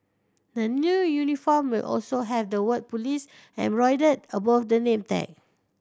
the new uniform will also have the word police embroidered above the name tag